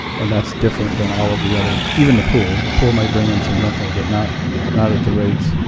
and that's different than all of the other even the pool. the pool may bring in some rental but not not at the rate.